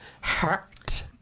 heart